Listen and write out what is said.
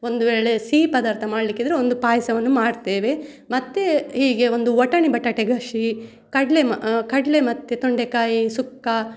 ಒಂದು ವೇಳೆ ಸಿಹಿ ಪದಾರ್ಥ ಮಾಡಲಿಕ್ಕಿದ್ರೆ ಒಂದು ಪಾಯಸವನ್ನು ಮಾಡ್ತೇವೆ ಮತ್ತೆ ಹೀಗೆ ಒಂದು ಬಟಣಿ ಬಟಾಟೆ ಗಸಿ ಕಡಲೆ ಮ್ ಕಡಲೆ ಮತ್ತು ತೊಂಡೆಕಾಯಿ ಸುಕ್ಕ